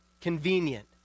convenient